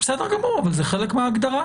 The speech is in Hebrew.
בסדר גמור, אבל זה חלק מההגדרה.